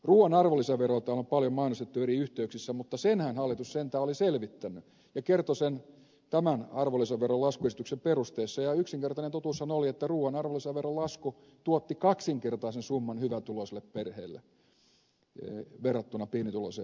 ruuan arvonlisäveroa täällä on paljon mainostettu eri yhteyksissä mutta senhän hallitus sentään oli selvittänyt ja kertoi tämän arvonlisäveron laskuesityksen perusteissa ja yksinkertainen totuushan oli että ruuan arvonlisäveron lasku tuotti kaksinkertaisen summan hyvätuloisille perheille verrattuna pienituloisiin perheisiin